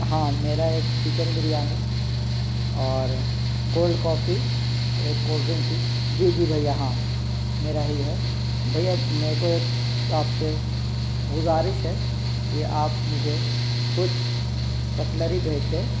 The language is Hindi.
हाँ मेरा एक चिकेन बिरयानी और कोल्ड कॉफ़ी एक कोल ड्रिंक थी जी जी भैया हाँ मेरा ही है भैया मेरे को एक आप से गुज़ारिश है कि आप मुझे कुछ कटलरी भेज दें